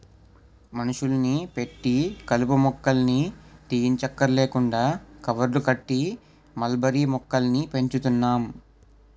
మనుషుల్ని పెట్టి కలుపు మొక్కల్ని తీయంచక్కర్లేకుండా కవర్లు కట్టి మల్బరీ మొక్కల్ని పెంచుతున్నాం